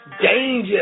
Danger